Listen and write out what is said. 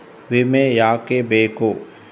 ವಿಮೆ ಯಾಕೆ ಬೇಕು?